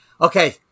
Okay